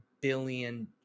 billion